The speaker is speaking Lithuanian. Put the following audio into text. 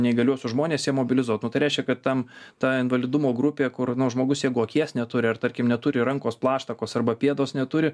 neįgaliuosius žmones jie mobilizuot nu tai reiškia kad tam ta invalidumo grupė kur nu žmogus jeigu akies neturi ar tarkim neturi rankos plaštakos arba pėdos neturi